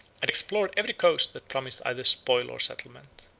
and explored every coast that promised either spoil or settlement.